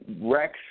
Rex